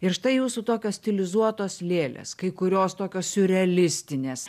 ir štai jūsų tokios stilizuotos lėlės kai kurios tokios siurrealistinės